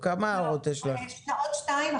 עוד שתיים.